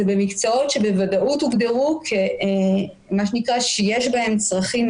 במקצועות שבוודאות הוגדרו שיש בהם צורך,